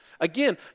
Again